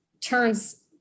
turns